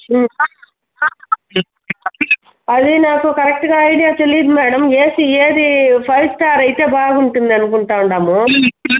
అది నాకు కరెక్టుగా ఐడియా తెలియదు మేడం ఏసీ ఏది ఫైవ్ స్టార్ అయితే బాగుంటుంది అనుకుంటా ఉన్నాము